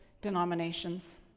denominations